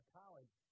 college